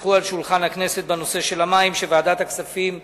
בנושא המים, שוועדת הכספים הכינה.